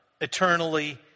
eternally